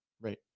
Right